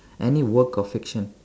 any work of fiction